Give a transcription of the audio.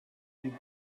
die